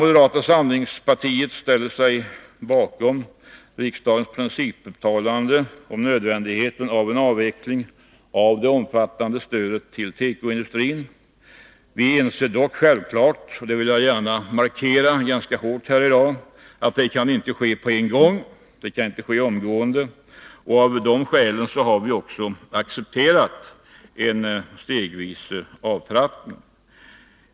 Moderata samlingspartiet ställer sig bakom riksdagens principuttalande om nödvändigheten av en avveckling av det omfattande stödet till tekoindustrin. Vi inser självfallet — det vill jag gärna markera ganska hårt — att detta inte kan ske omgående, och av detta skäl har vi accepterat en stegvis avtrappning.